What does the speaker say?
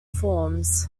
forms